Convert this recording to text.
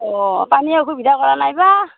অঁ পানীয়ে অসুবিধা কৰা নাই এইবাৰ